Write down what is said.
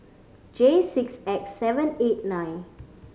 J six X seven eight nine